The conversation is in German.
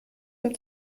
dem